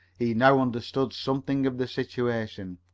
he now understood something of the situation.